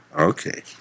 Okay